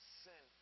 sin